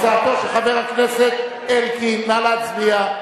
הצעתו של חבר הכנסת אלקין, נא להצביע.